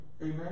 amen